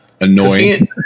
annoying